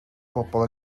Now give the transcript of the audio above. bobol